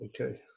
Okay